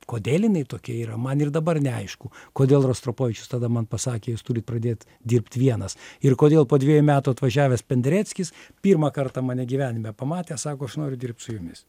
kodėl jinai tokia yra man ir dabar neaišku kodėl rostropovičius tada man pasakė jūs turit pradėt dirbt vienas ir kodėl po dviejų metų atvažiavęs pendereckis pirmą kartą mane gyvenime pamatęs sako aš noriu dirbt su jumis